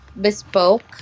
bespoke